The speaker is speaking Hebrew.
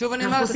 שוב אני אומרת,